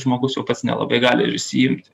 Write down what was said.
žmogus jau pats nelabai gali ir išsiimti